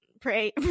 pray